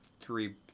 three